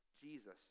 Jesus